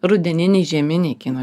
rudeniniai žieminiai kino